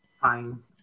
Fine